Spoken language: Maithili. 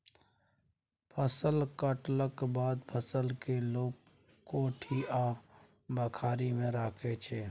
फसल कटलाक बाद फसल केँ लोक कोठी आ बखारी मे राखै छै